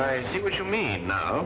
i see what you mean how